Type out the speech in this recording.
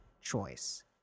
choice